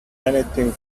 anything